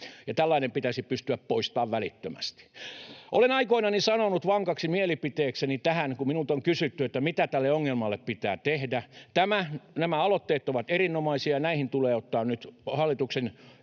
tällainen pitäisi pystyä poistamaan välittömästi. Olen aikoinani sanonut vankaksi mielipiteekseni tähän, kun minulta on kysytty, mitä tälle ongelmalle pitää tehdä — nämä aloitteet ovat erinomaisia, ja näihin tulee ottaa hallituksen